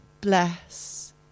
bless